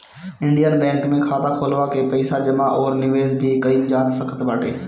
Indian Bank में खाता खोलवा के पईसा जमा अउरी निवेश भी कईल जा सकत बाटे